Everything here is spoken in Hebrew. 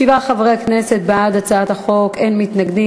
שבעה חברי כנסת בעד הצעת החוק, אין מתנגדים.